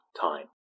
time